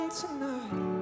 tonight